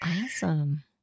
Awesome